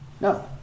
No